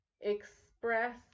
Express